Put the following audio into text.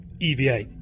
EVA